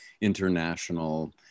international